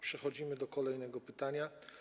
Przechodzimy do kolejnego pytania.